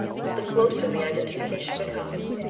the closer the identification becomes,